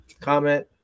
Comment